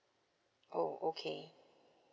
oh okay